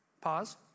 Pause